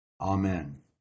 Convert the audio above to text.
Amen